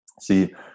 see